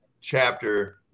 chapter